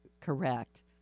correct